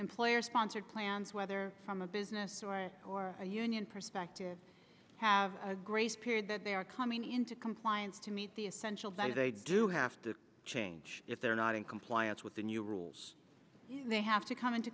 employer sponsored plans whether from a business or a union perspective have a grace period that they are coming into compliance to meet the essential do they do have to change if they're not in compliance with the new rules they have to come into